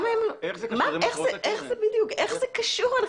איך זה קשור?